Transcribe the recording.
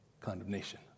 condemnation